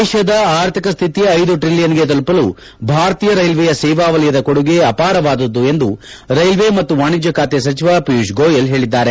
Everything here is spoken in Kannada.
ದೇಶದ ಆರ್ಥಿಕ ಸ್ಲಿತಿ ಐದು ಟ್ರಿಲಿಯನ್ಗೆ ತಲುಪಲು ಭಾರತೀಯ ರೈಲ್ಲೆಯ ಸೇವಾ ವಲಯದ ಕೊಡುಗೆ ಅಪಾರವಾದದ್ದು ಎಂದು ರೈಲ್ವೆ ಮತ್ತು ವಾಣಿಜ್ಯ ಖಾತೆ ಸಚಿವ ಪಿಯೂಷ್ ಗೋಯಲ್ ಹೇಳಿದ್ದಾರೆ